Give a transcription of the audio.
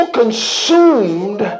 consumed